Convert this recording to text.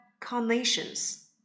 carnations